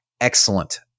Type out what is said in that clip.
Excellent